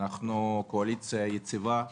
אנחנו קואליציה יציבה,